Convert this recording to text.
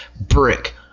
brick